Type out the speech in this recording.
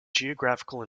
geographical